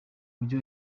mujyi